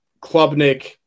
Klubnik